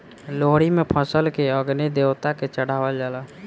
लोहड़ी में फसल के अग्नि देवता के चढ़ावल जाला